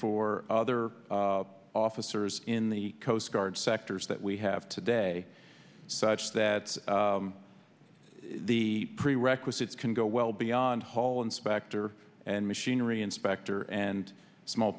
for other officers in the coast guard sectors that we have today such that the prerequisites can go well beyond hall inspector and machinery inspector and sm